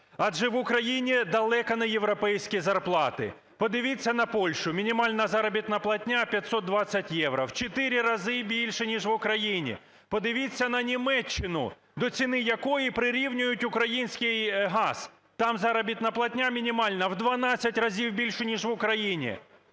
Адже в Україні далеко не європейські зарплати. Подивіться на Польщу, мінімальна заробітна платня 520 євро, в 4 рази більше, ніж в Україні. Подивіться на Німеччину, до ціни якої прирівнюють український газ. Там заробітна платня мінімальна в 12 разів більша, ніж в Україні